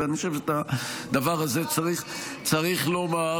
ואני חושב שאת הדבר הזה צריך לומר.